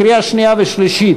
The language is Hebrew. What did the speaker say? קריאה שנייה ושלישית.